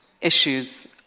issues